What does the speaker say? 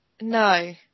No